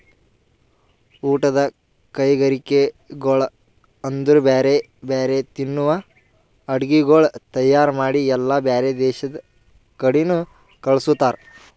ಊಟದ್ ಕೈಗರಿಕೆಗೊಳ್ ಅಂದುರ್ ಬ್ಯಾರೆ ಬ್ಯಾರೆ ತಿನ್ನುವ ಅಡುಗಿಗೊಳ್ ತೈಯಾರ್ ಮಾಡಿ ಎಲ್ಲಾ ಬ್ಯಾರೆ ದೇಶದ ಕಡಿನು ಕಳುಸ್ತಾರ್